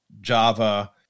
Java